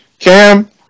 Cam